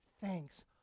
thanks